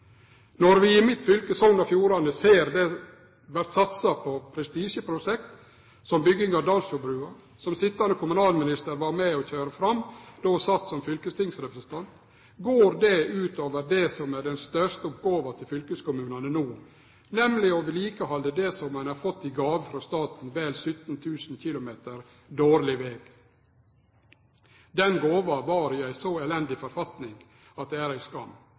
Når vi i mitt fylke, Sogn og Fjordane, ser det vert satsa på prestisjeprosjekt som bygging av Dalsfjordbrua, som sitjande kommunalminister var med og kjørte fram då ho sat som fylkestingsrepresentant, går det ut over det som er den største oppgåva til fylkeskommunane no, nemleg å vedlikehalde det som ein har fått i gåve frå staten: vel 17 000 km dårleg veg. Den gåva var i ei så elendig forfatning at det er ei